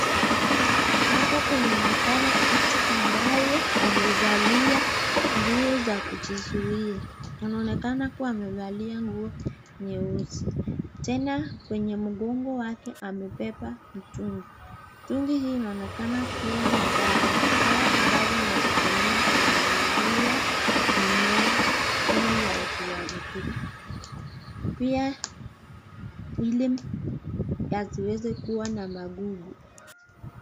Hapa kunaonekana mtu ambaye amevalia nguo za kujizuia ,anaonekana kuwa amevalia nguo nyeusi tena kwenye mgongo wake amebeba mtungi , mtungi hii inaonekana kuwa na dawa , dawa ambazo anazitumia kunyunyizia mimea ili yasiharibike pia ili yasiweze kuwa na magugu.